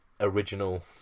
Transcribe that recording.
original